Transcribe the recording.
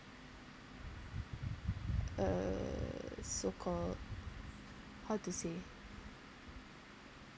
uh so called how to say